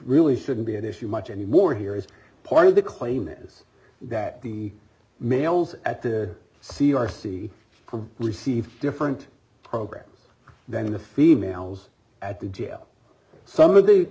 really shouldn't be an issue much anymore here is part of the claim is that the males at the c r c receive different programs than the females at the g a o some of the